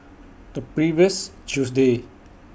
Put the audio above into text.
The previous Tuesday